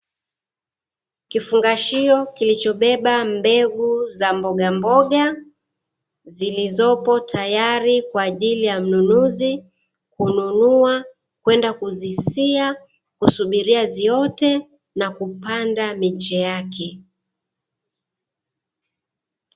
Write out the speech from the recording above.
Kifungashio kilichobeba mbegu za mbogambog, zilizopo tayari kwa ajili ya mnunuzi kununua kwenda kuzisia, kusubiria ziote na kupanda miche yake.